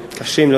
קשים,